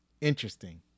interesting